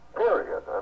period